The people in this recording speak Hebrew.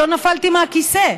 לא נפלתי מהכיסא.